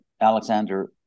Alexander